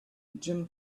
jim